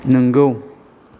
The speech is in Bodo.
नंगौ